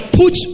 put